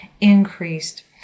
increased